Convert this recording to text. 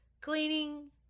cleaning